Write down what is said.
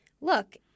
Look